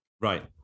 right